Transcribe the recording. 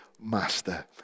master